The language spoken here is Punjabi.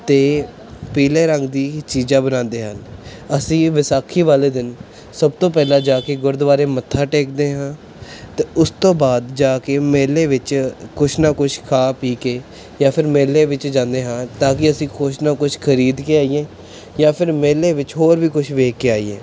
ਅਤੇ ਪੀਲੇ ਰੰਗ ਦੀ ਚੀਜ਼ਾਂ ਬਣਾਉਂਦੇ ਹਨ ਅਸੀਂ ਵਿਸਾਖੀ ਵਾਲੇ ਦਿਨ ਸਭ ਤੋਂ ਪਹਿਲਾਂ ਜਾ ਕੇ ਗੁਰਦੁਆਰੇ ਮੱਥਾ ਟੇਕਦੇ ਹਾਂ ਅਤੇ ਉਸ ਤੋਂ ਬਾਅਦ ਜਾ ਕੇ ਮੇਲੇ ਵਿੱਚ ਕੁਛ ਨਾ ਕੁਛ ਖਾ ਪੀ ਕੇ ਜਾਂ ਫਿਰ ਮੇਲੇ ਵਿੱਚ ਜਾਂਦੇ ਹਾਂ ਤਾਂ ਕਿ ਅਸੀਂ ਕੁਛ ਨਾ ਕੁਛ ਖਰੀਦ ਕੇ ਆਈਏ ਜਾਂ ਫਿਰ ਮੇਲੇ ਵਿੱਚ ਹੋਰ ਵੀ ਕੁਛ ਵੇਖ ਕੇ ਆਈਏ